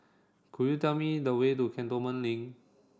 could you tell me the way to Cantonment Link